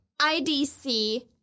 IDC